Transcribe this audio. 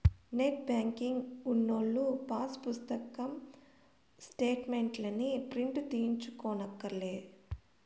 net banking ఉన్నోల్లు pass పుస్తకం స్టేటు మెంట్లుని ప్రింటు తీయించుకోనక్కర్లే